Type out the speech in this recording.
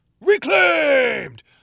reclaimed